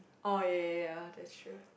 oh ya ya ya that's true